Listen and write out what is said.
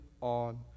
on